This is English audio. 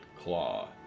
claw